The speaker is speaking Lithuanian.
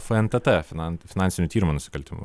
fntt finans finansinių tyrimų nusikaltimų